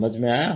समझ में आया